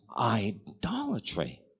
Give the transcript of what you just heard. idolatry